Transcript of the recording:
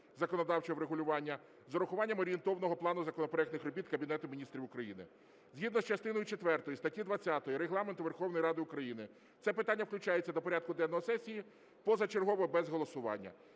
законодавчого врегулювання з урахуванням орієнтовного плану законопроектних робіт Кабінету Міністрів України. Згідно з частиною четвертою статті 20 Регламенту Верховної Ради України це питання включається до порядку денного сесії позачергово без голосування.